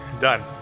Done